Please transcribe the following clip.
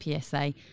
PSA